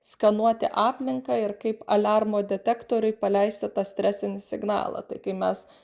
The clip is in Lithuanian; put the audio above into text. skanuoti aplinką ir kaip aliarmo detektoriui paleisti tą stresinį signalą tai kai mes